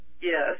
Yes